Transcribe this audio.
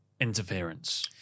interference